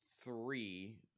three